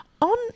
On